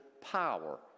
power